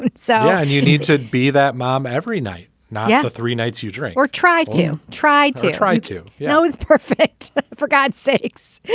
and so and you need to be that mom every night. yeah the three nights you drink or try to try to try to you know is perfect for god sakes